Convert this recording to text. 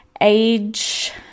age